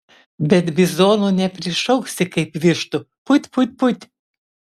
bet bizonų neprišauksi kaip vištų put put put